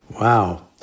Wow